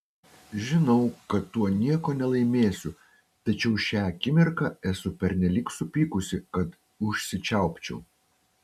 žinau kad tuo nieko nelaimėsiu tačiau šią akimirką esu pernelyg supykusi kad užsičiaupčiau